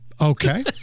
okay